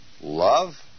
love